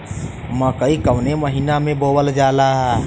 मकई कवने महीना में बोवल जाला?